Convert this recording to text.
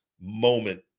moment